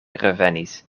revenis